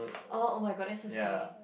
oh oh-my-god that's so scary